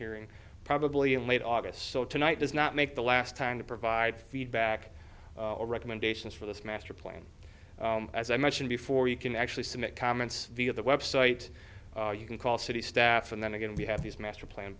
hearing probably in late august so tonight does not make the last time to provide feedback or recommendations for this master plan as i mentioned before you can actually submit comments via the website you can call city staff and then again we have these master plan